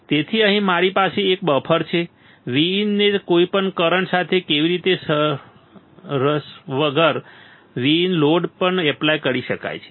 તેથી અહીં અમારી પાસે એક બફર છે Vin ને કોઈપણ કરંટ સાથે કેવી રીતે સરહદ વગર Vin લોડ પર એપ્લાય કરી શકાય છે